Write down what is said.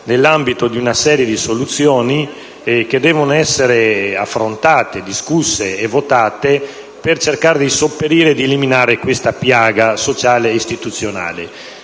nell'ambito di una serie di soluzioni che devono essere affrontate, discusse e votate per cercare di sopperire alla situazione ed eliminare questa piaga sociale e istituzionale.